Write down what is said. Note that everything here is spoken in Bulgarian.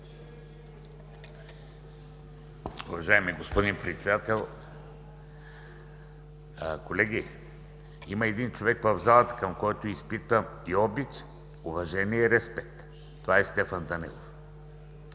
Уважаеми господин Председател! Колеги, има един човек в залата, към когото изпитвам и обич, и уважение, и респект. Това е Стефан Данаилов.